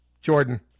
Jordan